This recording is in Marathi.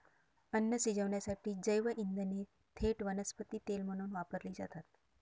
अन्न शिजवण्यासाठी जैवइंधने थेट वनस्पती तेल म्हणून वापरली जातात